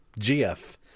GF